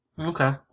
okay